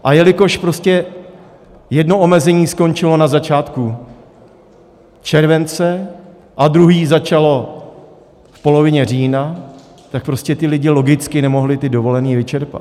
A jelikož prostě jedno omezení skončilo na začátku července a druhé začalo v polovině října, tak ti lidé logicky nemohli dovolené vyčerpat.